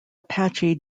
apache